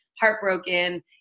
heartbroken